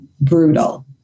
brutal